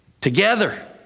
together